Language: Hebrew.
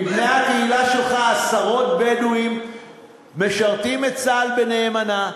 מבני הקהילה שלך עשרות בדואים משרתים בצה"ל נאמנה,